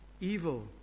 evil